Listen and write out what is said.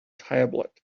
tablet